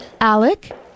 Alec